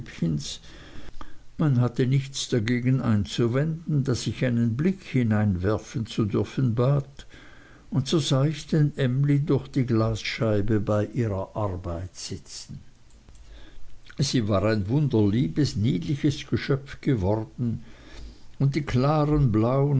man hatte nichts dagegen einzuwenden als ich einen blick hineinwerfen zu dürfen bat und so sah ich denn emly durch die glasscheibe bei ihrer arbeit sitzen sie war ein wunderliebes niedliches geschöpf geworden die klaren blauen